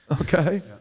Okay